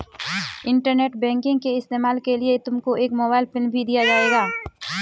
internet banking के इस्तेमाल के लिए तुमको एक मोबाइल पिन भी दिया जाएगा